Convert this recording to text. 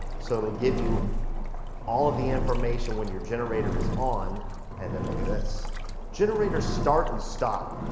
so it'll give you all of the information when your generator is on and then look at this generator start and stop.